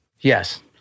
Yes